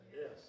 Yes